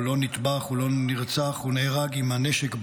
הוא לא נטבח, הוא לא נרצח, הוא נהרג עם הנשק ביד,